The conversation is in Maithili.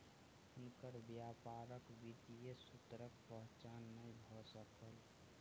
हुनकर व्यापारक वित्तीय सूत्रक पहचान नै भ सकल